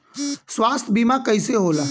स्वास्थ्य बीमा कईसे होला?